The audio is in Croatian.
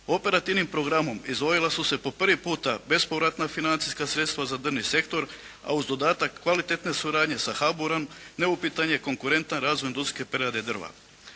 Operativnim program izdvojila su se po prvi puta bespovratna financijska sredstva za drvni sektor, a uz dodatak kvalitetne suradnje sa Haburom neupitan je konkurentan razvoj industrijske prerade drva.